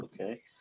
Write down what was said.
okay